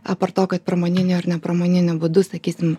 apart to kad pramoniniu ar nepramoniniu būdu sakysim